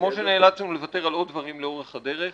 כפי שנאלצנו לוותר על עוד דברים לאורך הדרך.